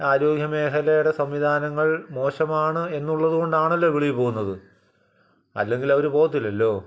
ആരോഗ്യമേഖലയുടെ സംവിധാനങ്ങൾ മോശമാണ് എന്നുള്ളത് കൊണ്ടാണല്ലോ വെളിയില് പോകുന്നത് അല്ലെങ്കിലവര് പോകത്തില്ലല്ലോ